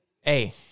Hey